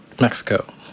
Mexico